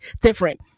different